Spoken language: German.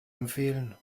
empfehlen